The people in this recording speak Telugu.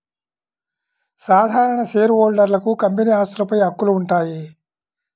సాధారణ షేర్హోల్డర్లకు కంపెనీ ఆస్తులపై హక్కులు ఉంటాయి